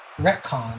retcon